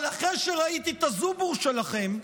אבל אחרי שראיתי את הזובור שלכם,